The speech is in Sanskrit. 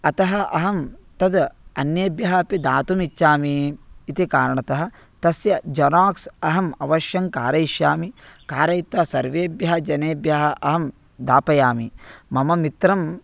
अतः अहं तद् अन्येभ्यः अपि दातुमिच्छामि इति कारणतः तस्य जेराक्स् अहम् अवश्यं कारयिष्यामि कारयित्वा सर्वेभ्यः जनेभ्यः अहं दापयामि मम मित्रम्